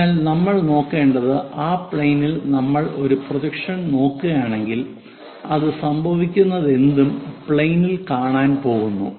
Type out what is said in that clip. അതിനാൽ നമ്മൾ നോക്കേണ്ടത് ആ പ്ലെയിനിൽ നമ്മൾ ഒരു പ്രൊജക്ഷൻ നോക്കുകയാണെങ്കിൽ അത് സംഭവിക്കുന്നതെന്തും പ്ലെയിനിൽ കാണാൻ പോകുന്നു